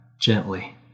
gently